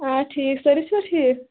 آ ٹھیٖک سٲری چھُوا ٹھیٖک